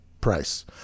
price